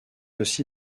aussi